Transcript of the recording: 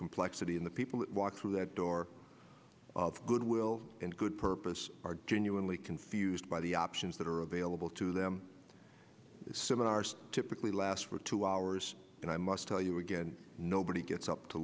complexity and the people that walk through that door of goodwill and good purpose are genuinely confused by the options that are available to them seven are typically last for two hours and i must tell you again nobody gets up to